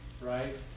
right